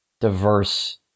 diverse